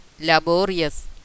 laborious